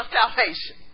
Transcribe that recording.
salvation